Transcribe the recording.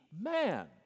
man